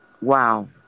wow